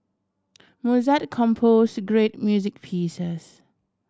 Mozart compose to great music pieces